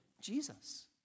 Jesus